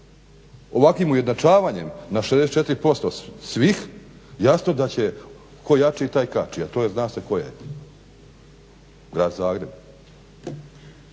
ovakvim ujednačavanjem na na 64% svih jasno da će tko jači taj kači. A to zna se tko je grad Zagreb: